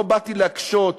לא באתי להקשות,